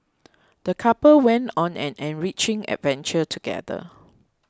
the couple went on an enriching adventure together